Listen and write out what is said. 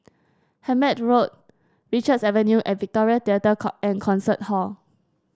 Hemmant Road Richards Avenue and Victoria Theatre and Concert Hall